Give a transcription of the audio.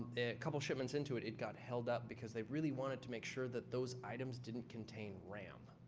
a couple shipments into it, it got held up, because they really wanted to make sure that those items didn't contain ram.